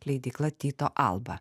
leidykla tyto alba